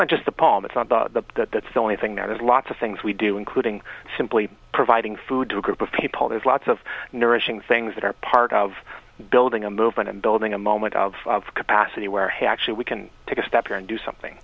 not just the paul that's not the that's the only thing that has lots of things we do including simply providing food to a group of people there's lots of nourishing things that are part of building a movement and building a moment of capacity where he actually we can take a step here and do something